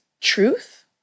truth